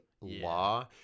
law